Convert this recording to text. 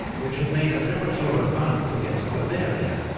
which had made a premature advance against bavaria,